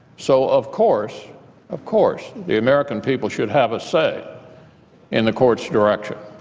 so of course of course the american people should have a say in the court's direction.